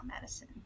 medicine